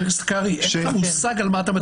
חבר הכנסת קרעי, אין לך מושג על מה אתה מדבר.